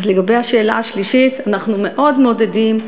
אז לגבי השאלה השלישית, אנחנו מאוד מעודדים.